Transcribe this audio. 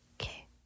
Okay